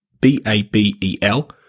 B-A-B-E-L